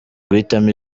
guhitamo